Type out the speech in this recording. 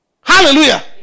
Hallelujah